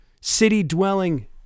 city-dwelling